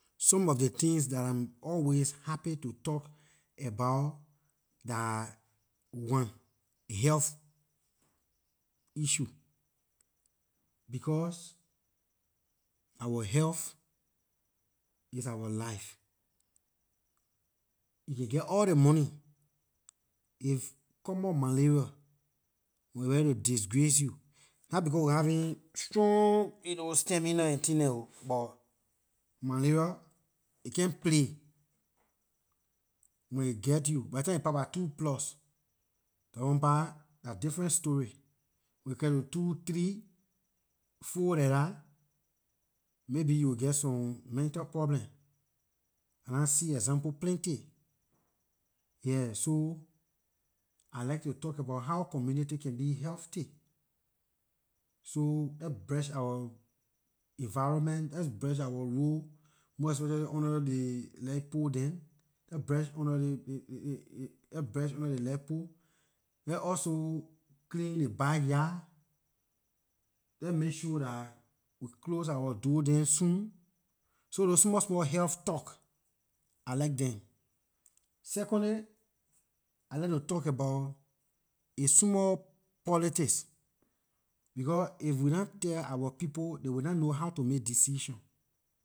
Some of ley things that I'm always happy to talk about dah one health issue because our health is our life. You can geh all ley money if common malaria when it ready to disgrace you, not becor we having strong stamina and things dem buh malaria it can't play when it get you by ley time it pass by two plus yor own pah dah different story. When it come to two three four like dah maybe you will geh some mental problem. I nah see example plenty, yeah, so I like to talk about how community can be healthy so let brush our environment let's brush our road, most especially under the light pole dem, let brush under let's brush under ley light pole, let also clean the backyard, let's make sure dah we close our door dem soon, so those small small health talk I like them. Secondly, I like to talk about a small politics because if we nah teh our people they will not know how to make decisions.